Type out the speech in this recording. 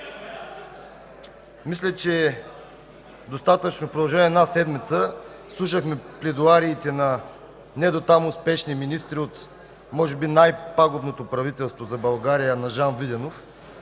Мисля, че достатъчно продължи – една седмица, слушахме пледоариите на недотам неуспешни министри може би от най-пагубното правителство за България – на Жан Виденов.